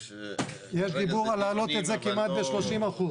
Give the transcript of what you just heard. יש דיבור על להעלות את זה כמעט ב-30%.